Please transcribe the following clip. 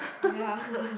ya